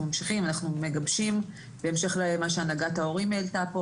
אנחנו ממשיכים ואנחנו מגבשים בהמשך למה שהנהגת ההורים העלתה פה,